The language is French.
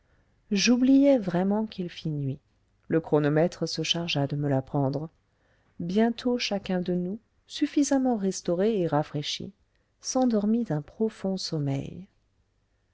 j'oubliais vraiment qu'il fit nuit le chronomètre se chargea de me l'apprendre bientôt chacun de nous suffisamment restauré et rafraîchi s'endormit d'un profond sommeil